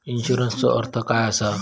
इन्शुरन्सचो अर्थ काय असा?